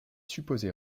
supposée